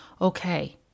okay